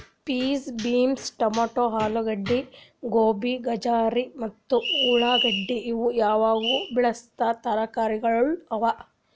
piece, beans, tomato, ಆಲೂಗಡ್ಡಿ, ಗೋಬಿ, ಗಜರಿ ಮತ್ತ ಉಳಾಗಡ್ಡಿ ಇವು ಯಾವಾಗ್ಲೂ ಬೆಳಸಾ ತರಕಾರಿಗೊಳ್ ಅವಾ